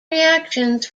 reactions